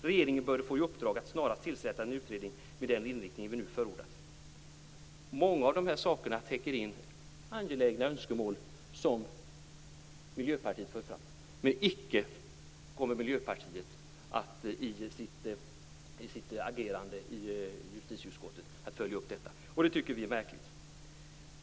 Regeringen bör få i uppdrag att snarast tillsätta en utredning med den inriktning vi nu förordat. Många av de här sakerna täcker in angelägna önskemål som Miljöpartiet för fram. Men Miljöpartiet kommer icke i sitt agerande i justitieutskottet att följa upp detta. Det tycker vi är märkligt.